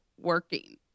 working